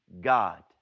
God